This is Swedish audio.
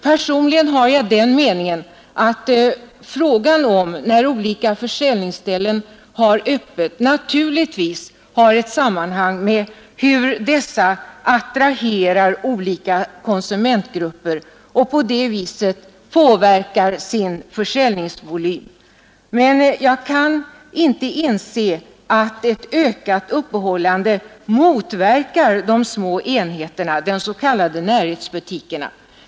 Personligen har jag den meningen att frågan om när olika försäljningsställen skall ha öppet naturligtvis har ett sammanhang med hur de attraherar olika konsumentgrupper och på det sättet påverkar sin försäljningsvolym. Men jag kan inte inse att ett ökat öppethållande motverkar de små enheterna, de s.k. närhetsbutikerna.